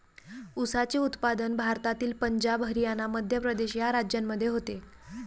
ऊसाचे उत्पादन भारतातील पंजाब हरियाणा मध्य प्रदेश या राज्यांमध्ये होते